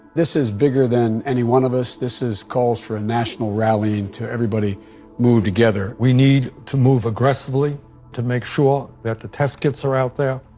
this is bigger than anyone of us. this is calls for a national rallying to everybody move together. we need to move aggressively to make sure that the test kits are out there,